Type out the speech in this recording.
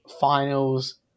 finals